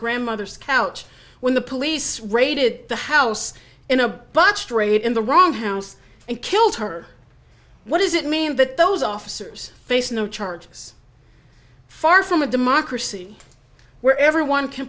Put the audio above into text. grandmother's couch when the police raided the house in a botched raid in the wrong house and killed her what does it mean that those officers face no charges far from a democracy where everyone